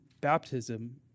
baptism